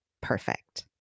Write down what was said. perfect